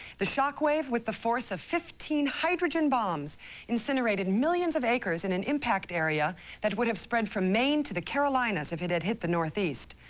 the shock wave, with the force of one hydrogen bombs incinerated millions of acres in an impact area that would have spread from maine to the carolinas if it had hit the northeast.